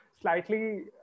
slightly